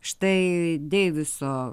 štai deiviso